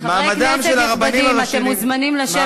חברי כנסת נכבדים, אתם מוזמנים לשבת.